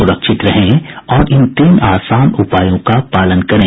सुरक्षित रहें और इन तीन आसान उपायों का पालन करें